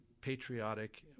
patriotic